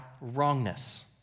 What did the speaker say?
wrongness